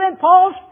Paul's